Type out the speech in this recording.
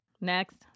Next